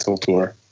tour